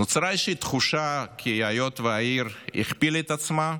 נוצרה איזושהי תחושה כי היות שהעיר הכפילה את עצמה,